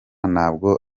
ntabwo